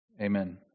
Amen